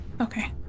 Okay